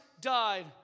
died